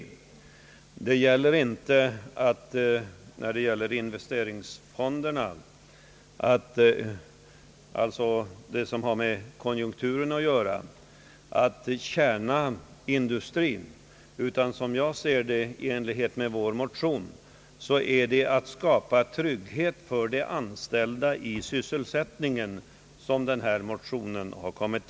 Syftet med vår motion när det gäller användningen av investeringsfonderna har inte varit att detta skulle tjäna enbart industrin utan att det, som jag ser det, skulle skapa trygghet för de anställda ur sysselsättningssynpunkt.